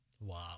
Wow